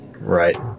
Right